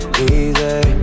easy